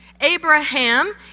Abraham